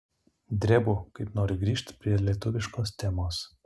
drebu kaip noriu grįžt prie lietuviškos temos